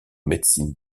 médecine